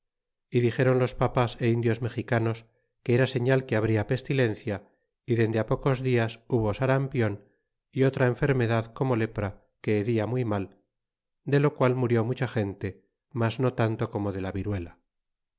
y dixéron los papas é indios mexicanos que era señal que habria pestilencia y dende á pocos dias hubo sarampion é otra enfermedad como lepra que hedía muy mal de lo qual murió mucha gente mas no tanto como de la viruela